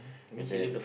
and then